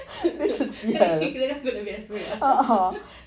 kirakan kau dah biasa ah